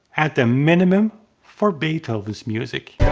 at the minimum for beethoven's music.